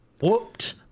whooped